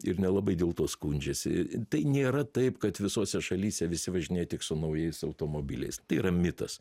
ir nelabai dėl to skundžiasi tai nėra taip kad visose šalyse visi važinėja tik su naujais automobiliais tai yra mitas